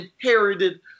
inherited